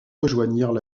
rejoignirent